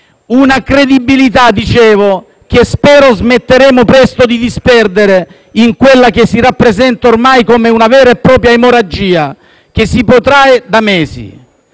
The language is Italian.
una credibilità che spero smetteremo presto di disperdere in quella che si rappresenta ormai come una vera e propria emorragia che si protrae da mesi.